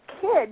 kids